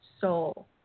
soul